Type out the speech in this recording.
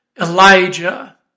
Elijah